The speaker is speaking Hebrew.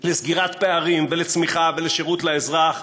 לסגירת פערים ולצמיחה ולשירות לאזרח,